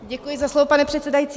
Děkuji za slovo, pane předsedající.